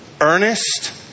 earnest